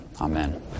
Amen